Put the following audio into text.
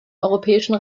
europäischen